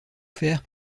faire